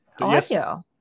Audio